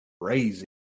crazy